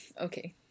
Okay